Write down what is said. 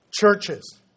churches